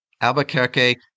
Albuquerque